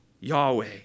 Yahweh